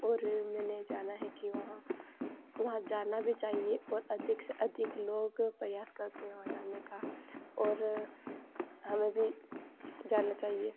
और मैंने जाना है कि वहाँ वहाँ जाना भी चाहिए और अधिक से अधिक लोग प्रयास करते हैं वहाँ जाने का और हमें भी जाना चाहिए